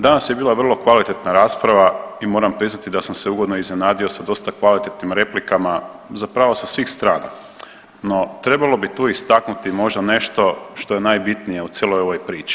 Danas je bila vrlo kvalitetna rasprava i moram priznati da sam se ugodno iznenadio sa dosta kvalitetnim replikama, zapravo sa svih strana, no trebalo bi tu istaknuti možda nešto što je najbitnije u cijeloj ovoj priči.